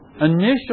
initial